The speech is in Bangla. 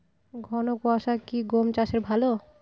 ঘন কোয়াশা কি গম চাষে ভালো?